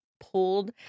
pulled